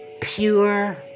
pure